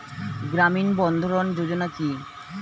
গ্রামীণ বন্ধরন যোজনা কি?